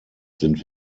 sind